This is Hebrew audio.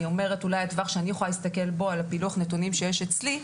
הטווח שאני יכולה להסתכל בו על פילוח נתונים שיש אצלי,